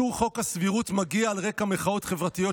אישור חוק הסבירות מגיע על רקע מחאות חברתיות